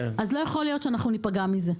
אז לא יכול להיות שתושבי הצפון ייפגעו מזה.